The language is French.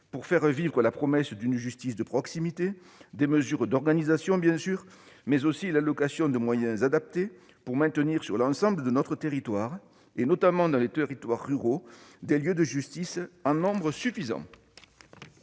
pour faire vivre la promesse d'une justice de proximité : des mesures d'organisation, bien sûr, mais aussi l'allocation de moyens adaptés pour maintenir sur l'ensemble de notre territoire, notamment dans les territoires ruraux, des lieux de justice en nombre suffisant.